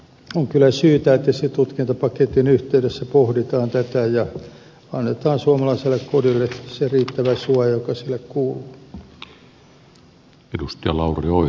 on kyllä syytä esitutkintapaketin yhteydessä pohtia tätä ja annetaan suomalaiselle kodille se riittävä suoja joka sille kuuluu